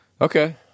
Okay